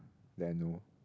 that I know